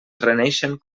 reneixen